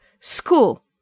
school